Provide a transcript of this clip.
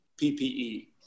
PPE